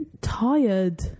Tired